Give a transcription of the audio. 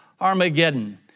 Armageddon